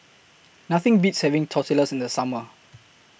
Nothing Beats having Tortillas in The Summer